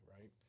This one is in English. Right